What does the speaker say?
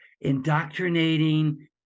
indoctrinating